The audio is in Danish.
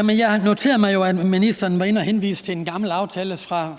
Jeg noterede mig, at ministeren henviste til en gammel aftale, fra